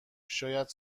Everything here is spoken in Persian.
شاید